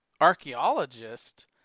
archaeologist